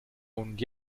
und